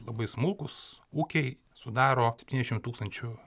labai smulkūs ūkiai sudaro spetyniasdešimt tūkstančių